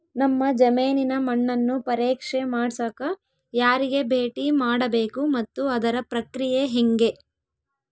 ನಮ್ಮ ಜಮೇನಿನ ಮಣ್ಣನ್ನು ಪರೇಕ್ಷೆ ಮಾಡ್ಸಕ ಯಾರಿಗೆ ಭೇಟಿ ಮಾಡಬೇಕು ಮತ್ತು ಅದರ ಪ್ರಕ್ರಿಯೆ ಹೆಂಗೆ?